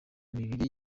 mibiri